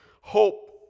hope